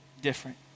different